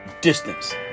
Distance